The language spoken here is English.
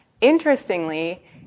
interestingly